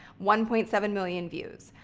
one point seven million views.